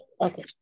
Okay